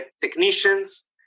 technicians